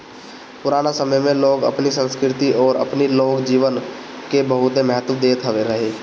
पुराना समय में लोग अपनी संस्कृति अउरी अपनी लोक जीवन के बहुते महत्व देत रहे